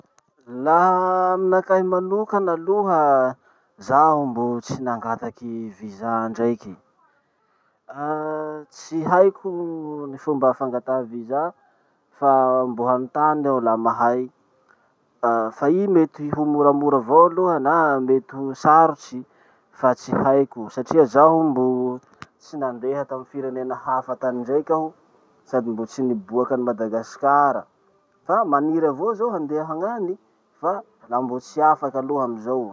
Laha aminakahy manokana aloha, zaho mbo tsy nangataky visa indraiky. Tsy haiko ny fomba fangataha visa fa mbo hanotany aho laha mahay. Fa i mety ho moramora avao aloha na mety ho sarotsy fa tsy haiko satria mbo tsy nandeha tamy firenena hafa tany indraiky aho sady mbo tsy niboaky any madagasikara. Fa maniry avao zaho handeha hagn'any, fa la mbo tsy afaky aloha amizao.